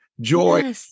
joy